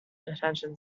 detention